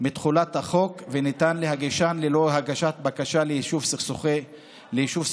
מתחולת החוק וניתן להגישן ללא הגשת בקשה ליישוב סכסוך תחילה.